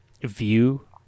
view